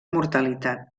mortalitat